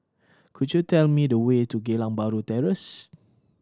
could you tell me the way to Geylang Bahru Terrace